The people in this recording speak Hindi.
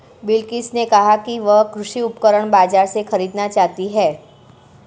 बिलकिश ने कहा कि वह कृषि उपकरण बाजार से खरीदना चाहती है